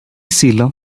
sealer